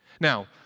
Now